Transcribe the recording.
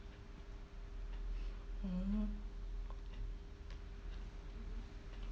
mm